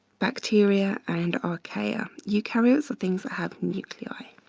bacteria and archaea. eukaryotes are things that have nuclei.